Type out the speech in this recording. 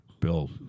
Bill